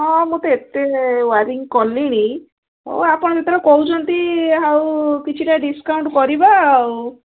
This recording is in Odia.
ହଁ ମୁଁ ତ ଏତେ ୱାଇାରିଂ କଲିଣି ହଉ ଆପଣ ଯେତେବେଳେ କହୁଛନ୍ତି ଆଉ କିଛିଟା ଡିସକାଉଣ୍ଟ କରିବା ଆଉ